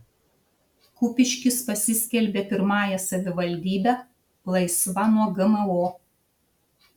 kupiškis pasiskelbė pirmąją savivaldybe laisva nuo gmo